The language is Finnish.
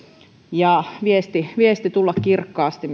ja viestin pitää tulla kirkkaasti